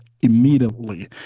immediately